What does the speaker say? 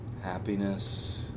happiness